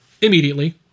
immediately